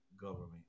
government